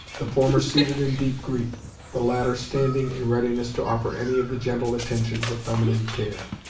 the former seated in deep grief the latter standing, in readiness to offer any of the gentle attentions of feminine care.